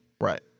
Right